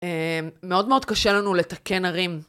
מאוד מאוד קשה לנו לתקן ערים.